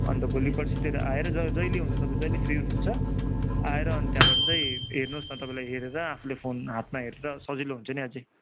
अन्त भोलि पर्सितिर आएर जहिले हुन्छ तपाईँ जहिले फ्री हुनु हुन्छ आएर अनि त्यहाँबाट चाहिँ हेर्नु होस् न तपाईँलाई हेरेर आफूले फोन हातमा हेरेर सजिलो हुन्छ नि अझ